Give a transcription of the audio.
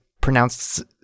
pronounced